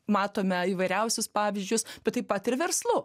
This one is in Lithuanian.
matome įvairiausius pavyzdžius bet taip pat ir verslu